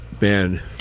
Man